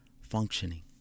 functioning